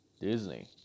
Disney